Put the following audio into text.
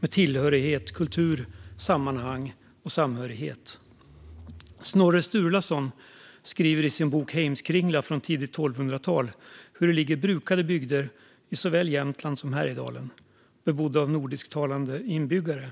med tillhörighet, kultur, sammanhang och samhörighet. Snorre Sturlasson beskriver i sin bok Heimskringla från tidigt 1200-tal hur det ligger brukade bygder i såväl Jämtland som Härjedalen, bebodda av nordisktalande inbyggare.